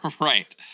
Right